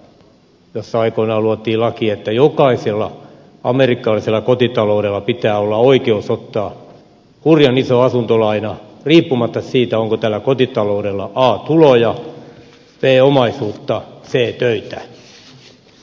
usan asuntolainamarkkinoilta jossa aikoinaan luotiin laki että jokaisella amerikkalaisella kotitaloudella pitää olla oikeus ottaa hurjan iso asuntolaina riippumatta siitä onko tällä kotitaloudella a tuloja b omaisuutta c töitä